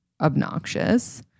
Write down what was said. obnoxious